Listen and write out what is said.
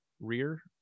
Rear